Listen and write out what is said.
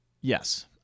yes